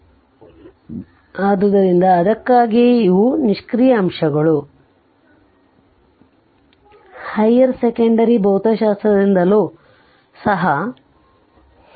high secondary ಭೌತಶಾಸ್ತ್ರದಿಂದಲೂ ಸಹ ಆದರ್ಶ ಕೆಪಾಸಿಟರ್ನಾದ್ಯಂತದ ವೋಲ್ಟೇಜ್ ಪ್ರವಾಹದ ಸಮಯದ ಅವಿಭಾಜ್ಯಕ್ಕೆ ಅನುಪಾತದಲ್ಲಿರುತ್ತದೆ ಎಂದು ಕಲಿಸುತ್ತಾರೆ ಮತ್ತೊಂದೆಡೆ ಆದರ್ಶ ಪ್ರಚೋದಕದಾದ್ಯಂತದ ವೋಲ್ಟೇಜ್ ಪ್ರವಾಹದ ವ್ಯುತ್ಪನ್ನಕ್ಕೆ ಅನುಪಾತದಲ್ಲಿರುತ್ತದೆ ಇದನ್ನು ಹೈ ಸೆಕೆಂಡರಿ ಭೌತಶಾಸ್ತ್ರ ವಿದ್ಯುತ್ ಅಧ್ಯಾಯ ಸಹ ಕಲಿಸುತ್ತಾರೆ